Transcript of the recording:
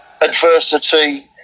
adversity